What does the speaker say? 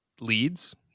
leads